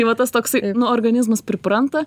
tai va tas toksai nu organizmas pripranta